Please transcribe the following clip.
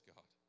God